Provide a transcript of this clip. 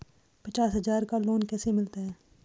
पचास हज़ार का लोन कैसे मिलता है?